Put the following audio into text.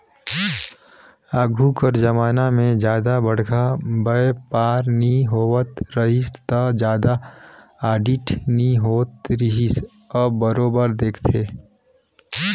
आघु कर जमाना में जादा बड़खा बयपार नी होवत रहिस ता जादा आडिट नी होत रिहिस अब बरोबर देखथे